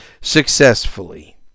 successfully